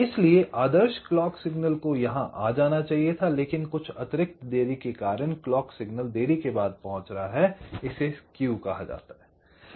इसलिए आदर्श clock signal को यहां आ जाना चाहिए था लेकिन कुछ अतिरिक्त देरी के कारण क्लॉक सिग्नल देरी के बाद पहुंच रहा है इसे स्केव कहा जाता है